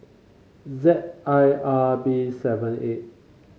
Z I R B seven eight